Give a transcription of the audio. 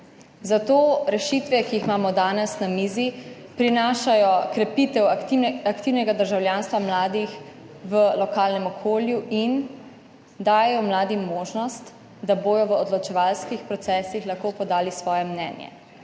Zato rešitve, ki jih imamo danes na mizi, prinašajo krepitev aktivnega državljanstva mladih v lokalnem okolju in dajejo mladim možnost, da bodo v odločevalskih procesih lahko podali svoje mnenje